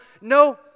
no